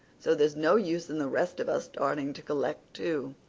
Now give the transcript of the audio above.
so there's no use in the rest of us starting to collect, too.